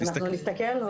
אנחנו נסתכל.